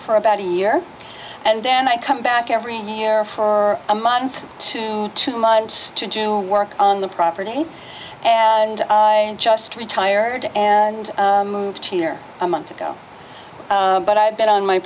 for about a year and then i come back every year for a month to two months to do work on the property and just retired and moved here a month ago but i bet on my